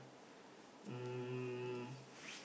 um